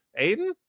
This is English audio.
Aiden